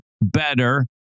better